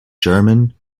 german